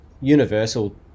universal